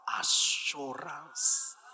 Assurance